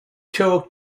talk